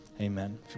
amen